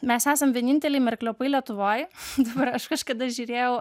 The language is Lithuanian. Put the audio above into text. mes esam vieninteliai merkliopai lietuvoj dabar aš kažkada žiūrėjau